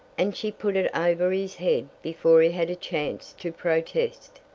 and she put it over his head before he had a chance to protest.